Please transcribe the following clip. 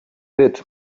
rytm